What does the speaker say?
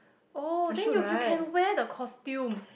oh then you you can wear the costume